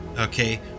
Okay